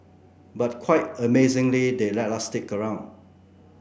but quite amazingly they let us stick around